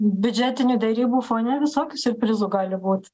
biudžetinių derybų fone visokių siurprizų gali būt